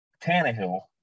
Tannehill